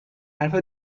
حرف